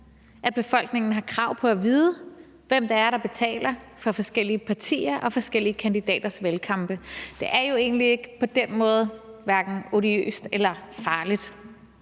at befolkningen har krav på at vide, hvem det er, der betaler for forskellige partiers og forskellige kandidaters valgkampe. Det er jo egentlig på den måde hverken odiøst eller farligt.